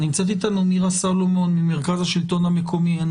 נמצאת אתנו מירה סולומון ממרכז השלטון המקומי.